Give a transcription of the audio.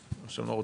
או שאתם לא רוצים?